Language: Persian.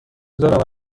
دارم